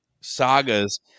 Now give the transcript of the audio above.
sagas